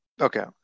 Okay